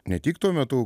ne tik tuo metu